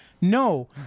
no